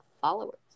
followers